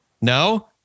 no